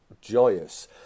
joyous